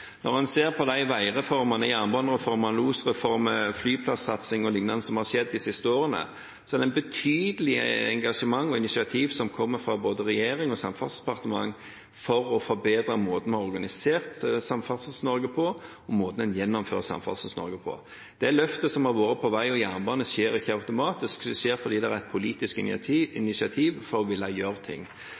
Når en ser på de veireformene, jernbanereformen, losreformen, flyplassatsingen o.l. som har skjedd de siste årene, er det et betydelig engasjement og initiativ som kommer fra både regjering og Samferdselsdepartementet for å forbedre måten å organisere Samferdsels-Norge på, og måten en gjennomfører Samferdsels-Norge på. Det løftet som har vært på vei og jernbane, skjer ikke automatisk. Det skjer fordi det er politisk initiativ for å ville gjøre ting.